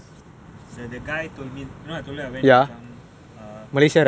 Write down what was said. err not not malaysia lah or the [one] happened in malaysia